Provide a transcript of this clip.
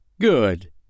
Good